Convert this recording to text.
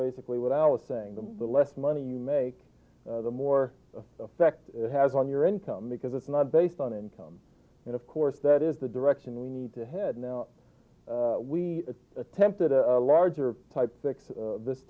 basically what i was saying the less money you make the more effect it has on your income because it's not based on income and of course that is the direction we need to head now we attempted a larger type fix this